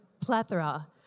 plethora